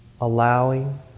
allowing